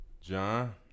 John